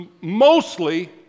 mostly